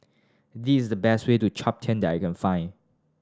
this is the best way to Chaptian that I can find